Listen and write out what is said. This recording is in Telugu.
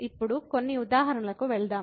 ఇప్పుడు కొన్ని ఉదాహరణలకు వెళ్దాం